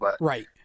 Right